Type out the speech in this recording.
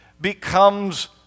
becomes